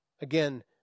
Again